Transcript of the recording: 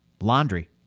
Laundry